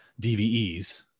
DVEs